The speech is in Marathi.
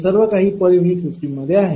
हे सर्व काही पर युनिट सिस्टीम मध्ये आहे